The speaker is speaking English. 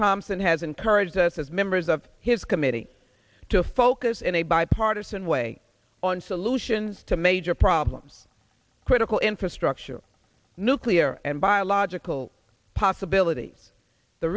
thompson has encouraged us as members of his committee to focus in a bipartisan way on solutions to major problems critical infrastructure nuclear and biological possibilities the